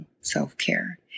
self-care